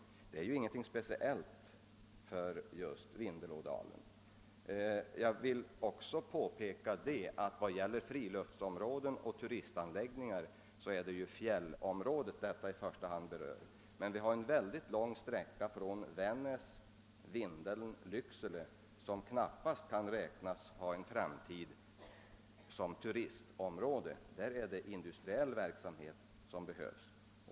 Det är ju ingenting speciellt för just Vindelälvsdalen. Jag vill också påpeka att friluftsområden och turistanläggningar i första hand är något som berör fjällområdet. Vi har emellertid en mycket lång sträcka, Vännäs—Vindeln—Lycksele, som knappast kan antas ha en framtid som turistområde. Där är det industriell verksamhet som behövs.